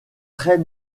très